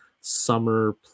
summer